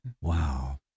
Wow